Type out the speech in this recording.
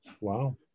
Wow